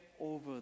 over